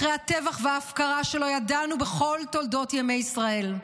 אחרי הטבח וההפקרה שלא ידענו בכל תולדות ימי ישראל.